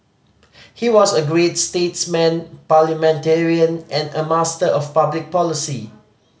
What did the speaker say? he was a great statesman parliamentarian and a master of public policy